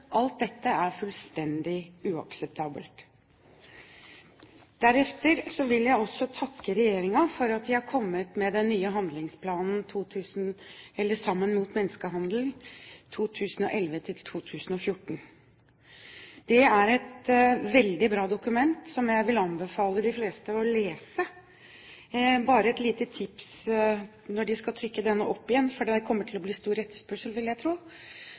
Alt dette er fullstendig uakseptabelt. Deretter vil jeg også takke regjeringen for at de er kommet med den nye handlingsplanen Sammen mot menneskehandel 2011–2014. Det er et veldig bra dokument som jeg vil anbefale de fleste å lese. Bare et lite tips når de skal trykke det opp igjen – for det kommer til å bli stor etterspørsel, vil jeg tro: